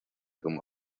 como